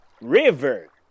River